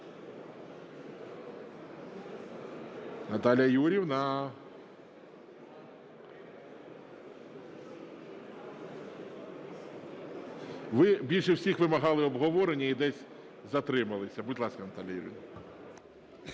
Наталія Юріївна, ви більше всіх вимагали обговорення і десь затрималися. Будь ласка, Наталія Юріївна.